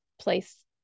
place